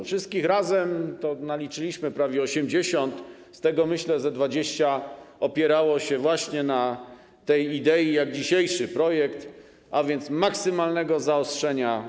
Wszystkich razem naliczyliśmy prawie 80, z tego, myślę, ze 20 opierało się właśnie na tej idei co dzisiejszy projekt, a więc idei maksymalnego zaostrzenia